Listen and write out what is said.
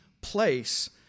place